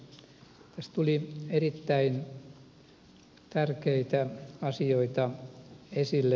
tässä tuli erittäin tärkeitä asioita esille